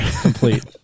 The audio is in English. Complete